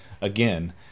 again